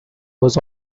was